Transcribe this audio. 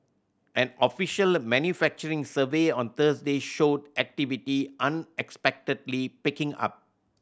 an official manufacturing survey on Thursday showed activity unexpectedly picking up